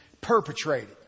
perpetrated